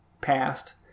passed